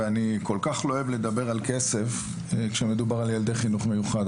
ואני כל כך לא אוהב לדבר על כסף כשמדובר על ילדי חינוך מיוחד,